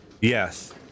Yes